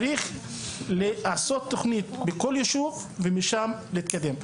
צריך לעשות תוכנית לכל ישוב ומשם גם להתקדם.